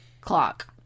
clock